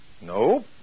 No